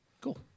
Cool